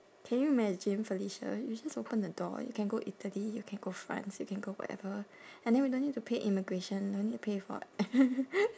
can you imagine felicia you just open the door you can go italy you can go france you can go wherever and then we don't need to pay immigration no need to pay for air